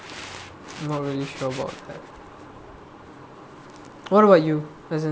not really sure about that what about you as in